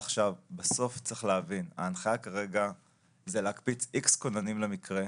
צריך להבין: ההנחיה כרגע היא להקפיץ X כוננים למקרה.